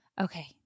Okay